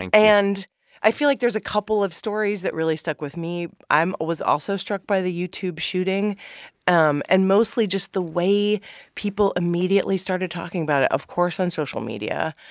and and i feel like there's a couple of stories that really stuck with me. i'm was also struck by the youtube shooting um and mostly just the way people immediately started talking about it, of course, on social media.